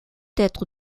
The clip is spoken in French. être